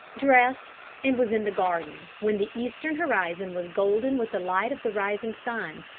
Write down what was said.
dressed, and was in the garden when the eastern horizon was golden with the light of the rising sun.